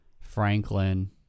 Franklin